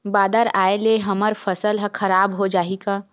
बादर आय ले हमर फसल ह खराब हो जाहि का?